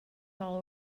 all